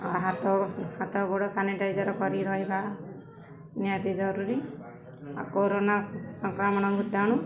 ଆଉ ହାତ ହାତ ଗୋଡ଼ ସାନିଟାଇଜର୍ କରି ରହିବା ନିହାତି ଜରୁରୀ ଆଉ କରୋରୋନା ସଂକ୍ରମଣ ଭୂତାଣୁ